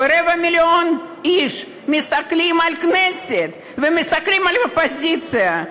ורבע מיליון איש מסתכלים על הכנסת ומסתכלים על האופוזיציה.